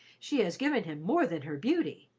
she has given him more than her beauty,